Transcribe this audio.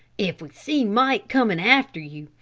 if we see mike coming after you,